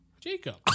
Jacob